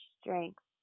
strength